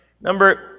number